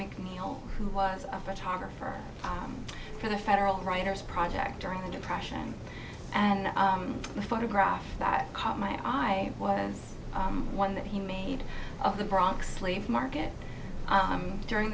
macneil who was a photographer for the federal writers project during the depression and the photograph that caught my eye was one that he made of the bronx slave market during